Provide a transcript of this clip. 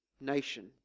nation